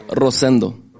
Rosendo